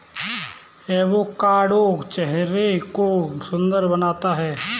avocado चेहरे को सुंदर बनाता है